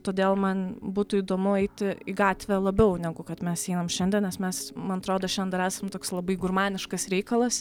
todėl man būtų įdomu eiti į gatvę labiau negu kad mes einam šiandien nes mes man atrodo šiandien dar esam toks labai gurmaniškas reikalas